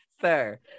sir